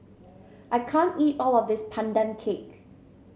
I can't eat all of this Pandan Cake